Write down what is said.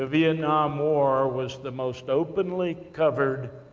ah vietnam war was the most openly-covered